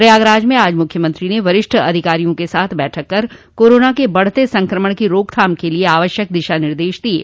प्रयागराज में आज मुख्यमंत्री ने वरिष्ठ अधिकारियों के साथ बैठक कर कोरोना के बढ़ते संक्रमण की रोकथाम के लिये आवश्यक दिशा निर्देश दिये